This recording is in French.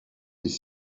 des